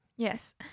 Yes